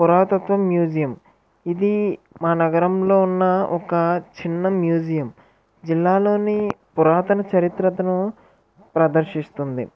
పురాతత్వ museum ఇది మా నగరంలో ఉన్న ఒక చిన్న మ్యూజియం జిల్లాలోని పురాతన చరిత్రను ప్రదర్శిస్తుంది